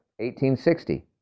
1860